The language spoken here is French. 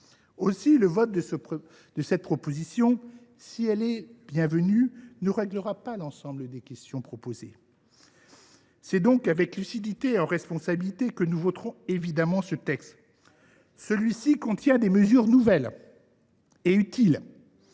Aussi, le vote de cette proposition de loi, s’il est bienvenu, ne réglera pas l’ensemble des questions soulevées. C’est donc avec lucidité et en responsabilité que nous voterons ce texte,… Très bien !… qui contient des mesures nouvelles et utiles.